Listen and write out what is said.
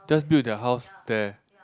just build their house there